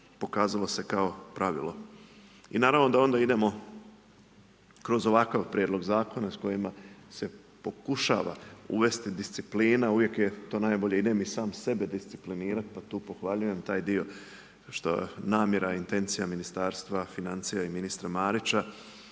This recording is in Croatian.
pokazalo se kao pravilo. I naravno da onda imamo kroz ovakav prijedlog zakona s kojima se pokušava uvesti disciplina uvijek je to najbolje, idem i sam sebi disciplinirati, pa tu pohvaljujem taj dio, što je namjera, intencija ministarstva financija i ministra Marića,